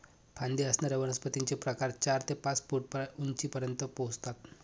फांदी असणाऱ्या वनस्पतींचे प्रकार चार ते पाच फूट उंचीपर्यंत पोहोचतात